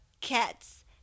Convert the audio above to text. cats